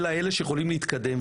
אלא אלו שיכולים להתקדם.